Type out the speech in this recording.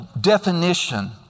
definition